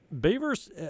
beavers